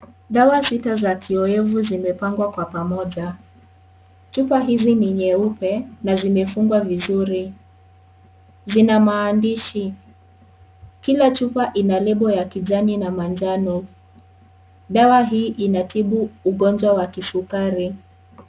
Dawa sita za kiyowevu zimepangwa kwa pamoja. Chupa hizi ni nyeupe na zimefungwa vizuri. Zina maandishi. Kila chupa ina lebo ya kijani na manjano. Dawa hii inatibu ugonjwa wa kisukari.